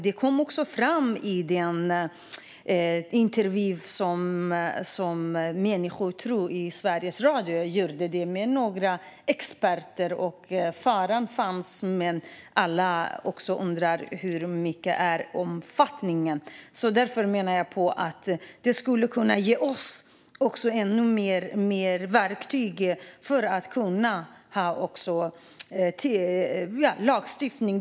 Det kom också fram i den intervju som Människor och tro i Sveriges Radio gjorde med några experter. Alla undrar hur stor omfattningen är. Därför menar jag att en utredning skulle kunna ge oss mer verktyg för en lagstiftning.